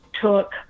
took